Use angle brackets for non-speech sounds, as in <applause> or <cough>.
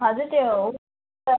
हजुर त्यो <unintelligible>